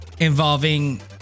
Involving